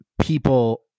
people